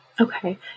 Okay